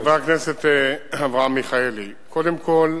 חבר הכנסת אברהם מיכאלי, קודם כול,